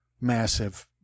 massive